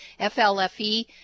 FLFE